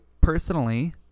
personally